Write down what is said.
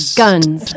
guns